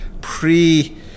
pre